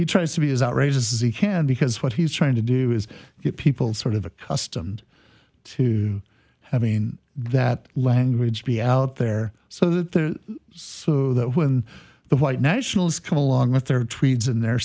tries to be as outrageous as he can because what he's trying to do is get people sort of accustomed to having that language be out there so that the so that when the white nationalists come along with their tweeds in their